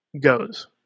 goes